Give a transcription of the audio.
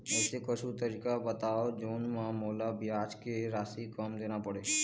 ऐसे कुछू तरीका बताव जोन म मोला ब्याज के राशि कम देना पड़े?